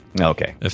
Okay